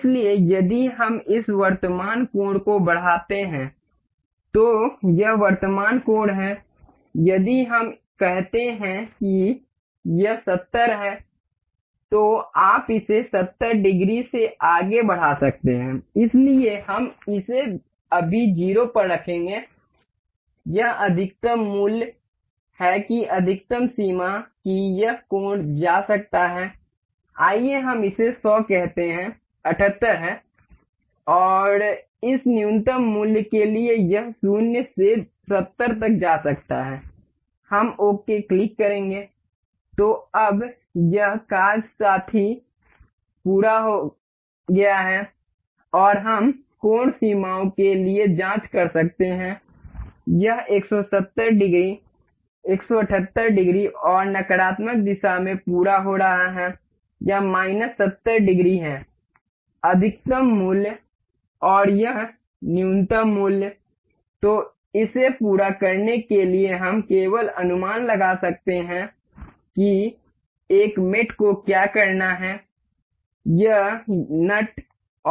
इसलिए यदि हम इस वर्तमान कोण को बढ़ाते हैं तो यह वर्तमान कोण हैतो इसे पूरा करने के लिए हम केवल अनुमान लगा सकते हैं कि एक मेट को क्या करना है या यह नट और इस हिन्ज का चयन है